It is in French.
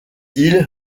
ils